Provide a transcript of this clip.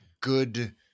good